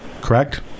Correct